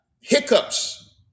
hiccups